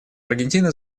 аргентина